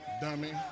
dummy